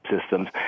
systems